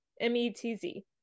M-E-T-Z